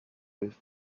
with